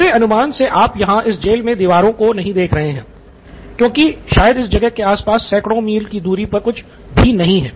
मेरे अनुमान से आप यहाँ इस जेल मे दीवारों को नहीं देख रहे हैं क्योंकि शायद इस जगह के आसपास सैकड़ों मील की दूरी पर कुछ भी नहीं है